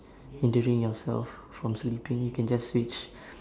hindering yourself from sleeping you can just switch